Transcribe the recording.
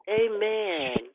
Amen